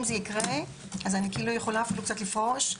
אם זה יקרה אני יכולה קצת לפרוש.